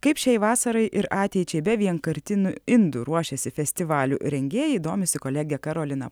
kaip šiai vasarai ir ateičiai be vienkartinių indų ruošiasi festivalių rengėjai domisi kolegė karolina